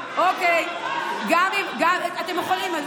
גם אם לא הצליחו להעביר את זה,